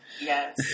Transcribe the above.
yes